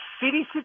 City